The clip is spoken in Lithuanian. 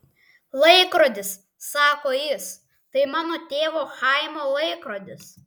laikrodis sako jis tai mano tėvo chaimo laikrodis